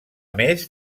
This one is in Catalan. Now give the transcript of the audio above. més